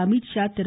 Amit Shah Thiru